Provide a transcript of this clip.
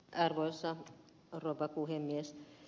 arvoisa rouva puhemies